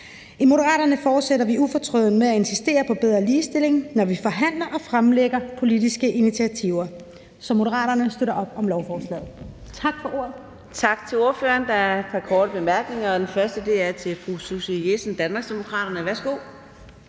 I Moderaterne fortsætter vi ufortrødent med at insistere på bedre ligestilling, når vi forhandler og fremlægger politiske initiativer. Så Moderaterne støtter lovforslaget. Tak for ordet. Kl. 15:59 Anden næstformand (Karina Adsbøl): Tak til ordføreren. Der er et par korte bemærkninger. Først er det fru Susie Jessen, Danmarksdemokraterne. Værsgo.